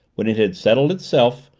when it had settled itself,